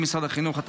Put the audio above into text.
משרד החינוך),